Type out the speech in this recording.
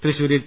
തൃശൂരിൽ ടി